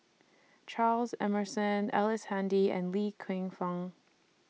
Charles Emmerson Ellice Handy and Li Lienfung